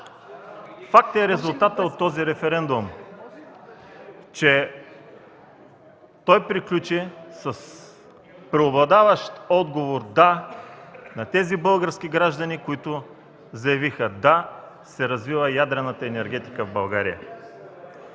Факт е резултатът от този референдум, че той приключи с преобладаващ отговор „да” на тези български граждани, които заявиха „да се развива ядрената енергетика в България”.